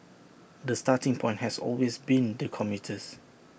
the starting point has always been the commuters